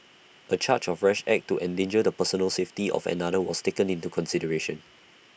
A charge of rash act to endanger the personal safety of another was taken into consideration